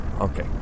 Okay